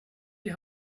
die